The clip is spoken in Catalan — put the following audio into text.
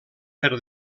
per